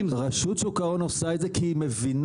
רשות שוק ההון עושה את זה כי היא מבינה